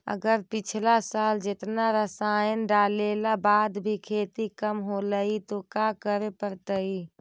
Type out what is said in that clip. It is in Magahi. अगर पिछला साल जेतना रासायन डालेला बाद भी खेती कम होलइ तो का करे पड़तई?